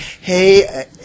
Hey